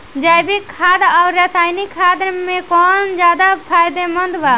जैविक खाद आउर रसायनिक खाद मे कौन ज्यादा फायदेमंद बा?